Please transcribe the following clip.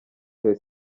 ter